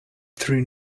through